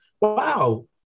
wow